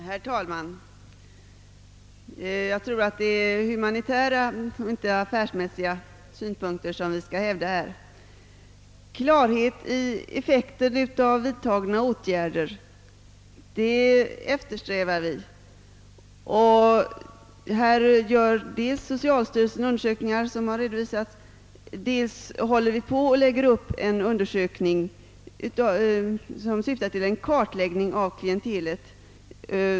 Herr talman! Jag tror att vi skall anlägga humanitära och inte affärsmässiga synpunkter i detta fall. Vi eftersträvar också klarhet beträffande effekten av vidtagna åtgärder. Här utförs undersökningar av socialstyrelsen, vilka redovisats, och inom socialdepartementet förbereder vi en undersökning som syftar till en kartläggning av klientelet.